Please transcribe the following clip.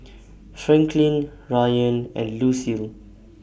Franklyn Ryann and Lucille